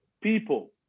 people